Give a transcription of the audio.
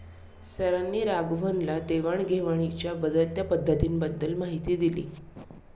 सरांनी राघवनला देवाण घेवाणीच्या बदलत्या पद्धतींबद्दल माहिती दिली